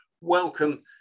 welcome